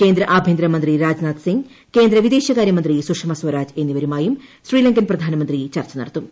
കേന്ദ്ര ആഭ്യന്തരമന്ത്രി രാജ്നാഥ് സിംഗ് കേന്ദ്രവിദേശകാര്യമന്ത്രി സുഷമ സ്വരാജ് എന്നിവരുമായും ശ്രീലങ്കൻ പ്രധാനമന്ത്രി ചർച്ച നടത്തും